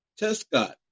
Tescott